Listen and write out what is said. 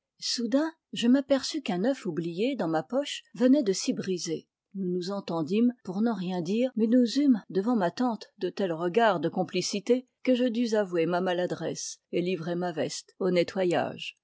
sbudain je m'aperçus qu'un œuf oublié dans ma poche venait de s'y briser nous nous entendimes pour n'en rien dire mais nous eûmes devant ma tante de tels regards de complicité que je dus avouer ma maladresse et livrer ma veste au nettoyage